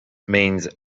means